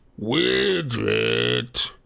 Widget